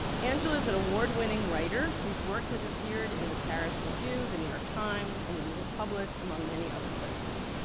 angela's an award winning writer whose work has appeared in the paris review, the new york times, and the new republic, among many other places.